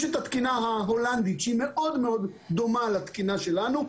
יש את התקינה ההולנדית שהיא מאוד דומה לתקינה שלנו,